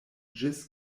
ĝis